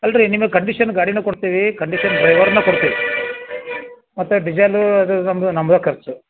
ಅಲ್ಲ ರೀ ನಿಮಗೆ ಕಂಡೀಷನ್ ಗಾಡಿನೇ ಕೊಡ್ತೀವಿ ಕಂಡೀಷನ್ ಡ್ರೈವರ್ನೇ ಕೊಡ್ತೀವಿ ಮತ್ತು ಡಿಸೇಲು ಅದು ನಮ್ಮದು ನಮ್ದೇ ಖರ್ಚು